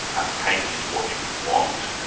and pain is what you want,